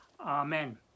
Amen